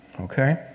Okay